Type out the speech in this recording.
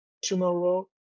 tomorrow